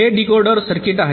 हे decoder circuit आहे